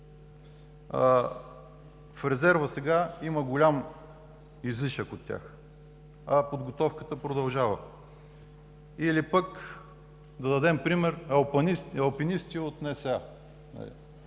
в резерва сега има голям излишък от тях, а подготовката продължава. Или пък да дадем пример – алпинисти от НСА,